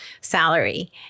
salary